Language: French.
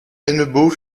hennebeau